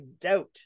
doubt